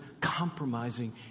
compromising